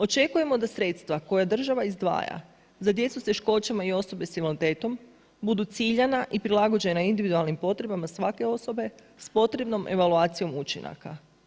Očekujemo da sredstva koje država izdvaja za djecu sa teškoćama i osobe sa invaliditetom budu ciljana i prilagođena individualnim potrebama svake osobe s potrebnom evaluacijom učinaka.